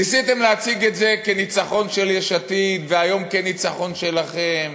ניסיתם להציג את זה כניצחון של יש עתיד והיום כניצחון שלכם.